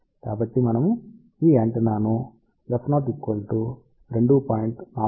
కాబట్టి మనము ఈ యాంటెన్నాను f0 2